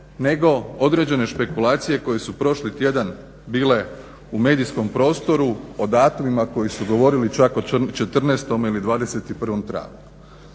nego određene špekulacije koje su prošli tjedan bile u medijskom prostoru o datumima koji su govorili čak o 14. ili 21. travnju.